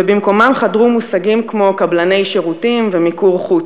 ובמקומם חדרו מושגים כמו קבלני שירותים ומיקור חוץ.